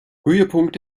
höhepunkt